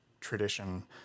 tradition